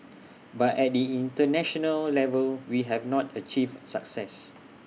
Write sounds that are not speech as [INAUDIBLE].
[NOISE] but at the International level we have not achieved A success